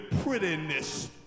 prettiness